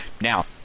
Now